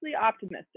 optimistic